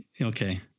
Okay